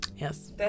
yes